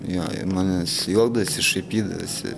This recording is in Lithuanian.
jo in manęs juokdavosi šaipydavosi